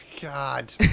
God